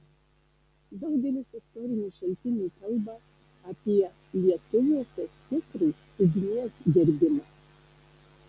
daugelis istorinių šaltinių kalba apie lietuviuose stiprų ugnies gerbimą